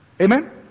Amen